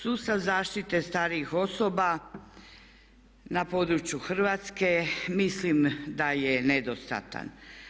Sustav zaštite starijih osoba na području Hrvatske mislim da je nedostatan.